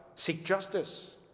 seek justice.